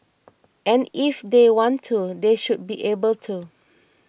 and if they want to they should be able to